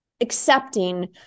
accepting